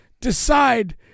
decide –